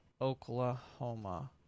Oklahoma